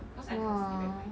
!wah!